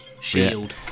Shield